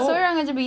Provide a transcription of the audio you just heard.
asal tak dengan awak